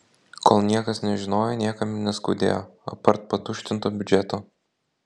kol niekas nežinojo niekam ir neskaudėjo apart patuštinto biudžeto